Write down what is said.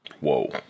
Whoa